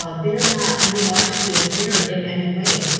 ah they're not neurologically impaired in any way.